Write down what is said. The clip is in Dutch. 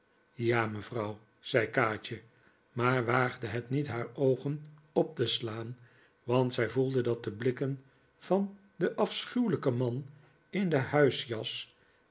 ja mevrouw zei kaatje maar waagde het niet haar oogen op te slaan want zij voelde dat de blikken van den afschuwelijken man in de huisjas